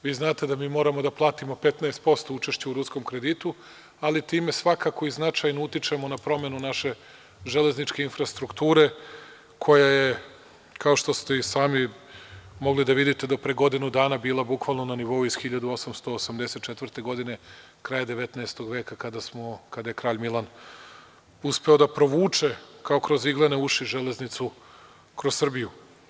Vi znate da mi moramo da platimo 15% učešća u ruskom kreditu, ali time svakako i značajno utičemo na promenu naše železničke infrastrukture koja je, kao što ste i sami mogli da vidite, do pre godinu dana bila bukvalno na nivou iz 1884. godine kraja 19. veka, kada je Kralj Milan uspeo da provuče kao kroz iglene uši železnicu kroz Srbiju.